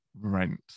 Rent